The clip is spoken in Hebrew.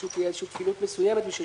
ופשוט תהיה איזושהי כפילות מסוימת בשביל